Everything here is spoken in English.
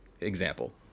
example